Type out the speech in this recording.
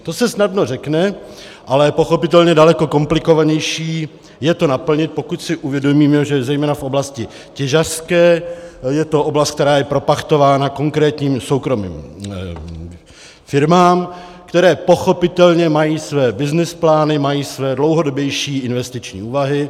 To se snadno řekne, ale pochopitelně daleko komplikovanější je to naplnit, pokud si uvědomíme, že zejména v oblasti těžařské je to oblast, která je propachtována konkrétním soukromým firmám, které pochopitelně mají své byznys plány, mají své dlouhodobější investiční úvahy.